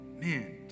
man